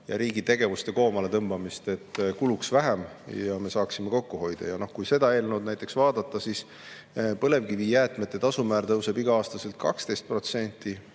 ja riigi tegevuste koomaletõmbamist, et kuluks vähem ja me saaksime kokku hoida. Kui seda eelnõu näiteks vaadata, siis põlevkivijäätmetetasu määr tõuseb iga-aastaselt 12%,